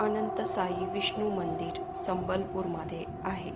अनंतसाई विष्णू मंदिर संबलपूरमध्ये आहे